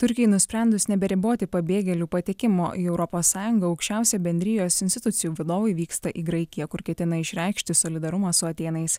turkijai nusprendus neberiboti pabėgėlių patekimo į europos sąjungą aukščiausi bendrijos institucijų vadovai vyksta į graikiją kur ketina išreikšti solidarumą su atėnais